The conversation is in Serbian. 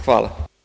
Hvala.